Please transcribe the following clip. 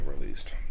released